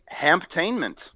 Hamptainment